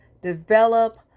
develop